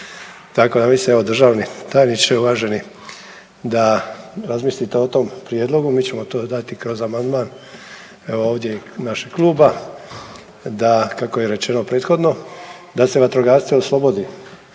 tako da mislim evo državni tajniče i uvaženi da razmislite o tom prijedlogu. Mi ćemo to dati kroz amandman evo ovdje našeg kluba kako je rečeno prethodno da se vatrogasce oslobodi